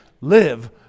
Live